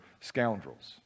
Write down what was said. scoundrels